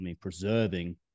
preserving